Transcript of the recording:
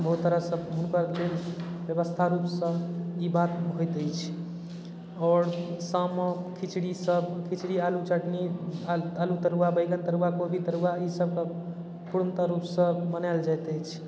बहुत तरह सँ हुनकर व्यवस्था रूप सँ ई बात होयत अछि आओर शाम मे खिचड़ी सब खिचड़ी आलू चटनी आलू तरुआ बैंगन तरुआ कोबी तरुआ इसब पूर्णतः रूप सँ मनायल जाइत अछि